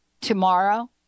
tomorrow